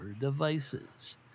Devices